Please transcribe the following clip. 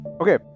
Okay